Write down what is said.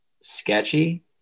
sketchy